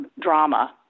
drama